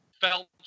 felt